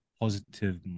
positive